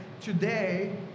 today